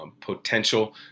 potential